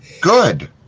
Good